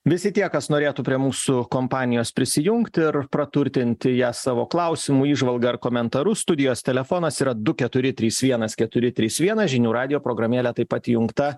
visi tie kas norėtų prie mūsų kompanijos prisijungti ir praturtinti ją savo klausimų įžvalga ar komentaru studijos telefonas yra du keturi trys vienas keturi trys vienas žinių radijo programėle taip pat įjungta